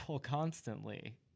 constantly